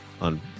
on